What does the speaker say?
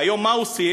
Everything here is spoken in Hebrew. והיום, מה עושים?